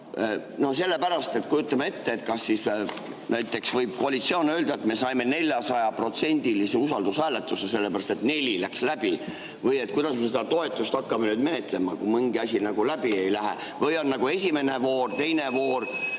Sellepärast, et kujutame ette, kas näiteks võib koalitsioon öelda, et me saime 400%‑lise usalduse, sellepärast et neli läks läbi. Või kuidas me seda toetust hakkame nüüd menetlema, kui mingi asi läbi ei lähe? Või on nagu esimene voor, teine voor